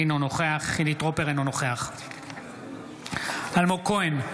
אינו נוכח חילי טרופר, אינו נוכח אלמוג כהן,